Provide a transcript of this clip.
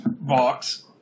box